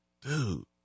dude